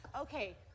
Okay